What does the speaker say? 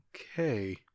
Okay